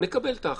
נקבל את ההחלטה.